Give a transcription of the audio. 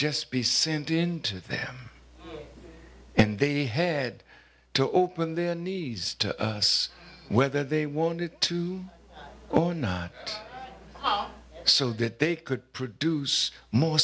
just be sendin to them and they head to open their knees to us whether they wanted to or not oh so that they could produce more